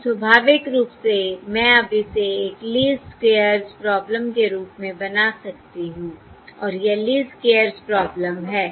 तो स्वाभाविक रूप से मैं अब इसे एक लीस्ट स्क्वेयर्स प्रॉब्लम के रूप में बना सकती हूं और यह लीस्ट स्क्वेयर्स प्रॉब्लम है